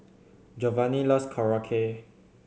Jovani loves Korokke